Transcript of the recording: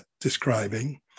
describing